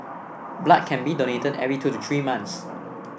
blood can be donated every two the three months